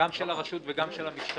גם של הרשות וגם של המשטרה,